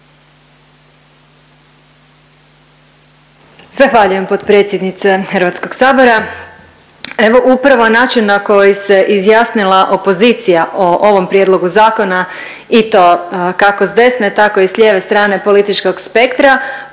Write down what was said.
Zahvaljujem potpredsjednice Hrvatskog sabora. Evo upravo način na koji se izjasnila opozicija o ovom prijedlogu zakona i to kako s desne tako i s lijeve strane političkog spektra,